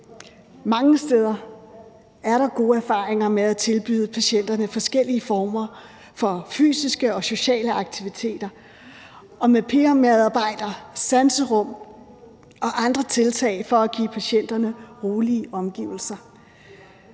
Mange steder er der gode erfaringer med at tilbyde patienterne forskellige former for fysiske og sociale aktiviteter og med peermedarbejdere, sanserum og andre tiltag for at give patienterne rolige omgivelser.